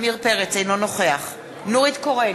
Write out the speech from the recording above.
אינו נוכח נורית קורן,